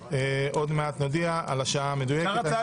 נוספת של הוועדה.